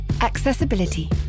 Accessibility